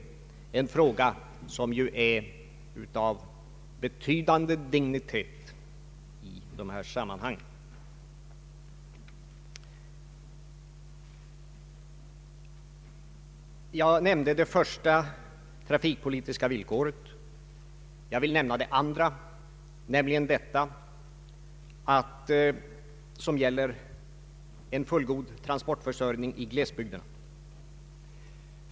Det är en fråga av betydande dignitet i dessa sammanhang. Jag nämnde det första trafikpolitiska villkoret. Jag vill också nämna det andra, nämligen det som gäller en fullgod transportförsörjning i glesbygderna.